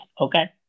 okay